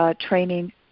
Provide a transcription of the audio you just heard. training